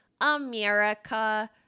America